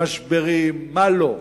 משברים, מה לא.